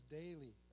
daily